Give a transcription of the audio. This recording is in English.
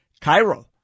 Cairo